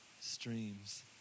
streams